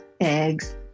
eggs